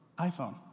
iPhone